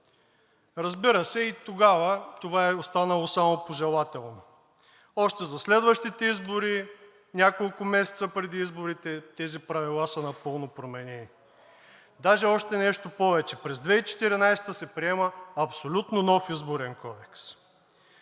Разбира се, и тогава това е останало само пожелателно. Още за следващите избори, няколко месеца преди изборите, тези правила са напълно променени. Даже и нещо повече. През 2014 г. се приема абсолютно нов Изборен кодекс.